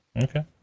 Okay